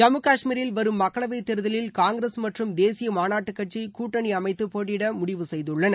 ஜம்மு காஷ்மீரில் வரும் மக்களவை தேர்தலில் காங்கிரஸ் மற்றும் தேசிய மாநாட்டு கட்சி கூட்டணி அமைத்து போட்டியிட முடிவு செய்துள்ளன